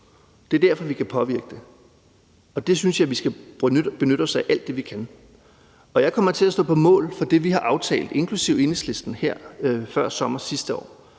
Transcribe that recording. Det er derfor, vi kan påvirke det. Det synes jeg at vi skal benytte os af alt det, vi kan. Jeg kommer til at stå på mål for det, vi har aftalt med bl.a. Enhedslisten før sommer sidste år,